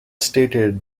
stated